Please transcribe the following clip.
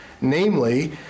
Namely